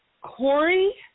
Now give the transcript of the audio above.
Corey